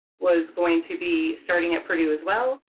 was going to be starting at purdue as well,